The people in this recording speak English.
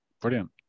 brilliant